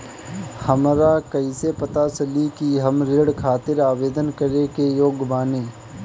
हमरा कईसे पता चली कि हम ऋण खातिर आवेदन करे के योग्य बानी?